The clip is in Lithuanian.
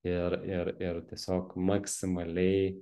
ir ir ir tiesiog maksimaliai